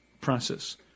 process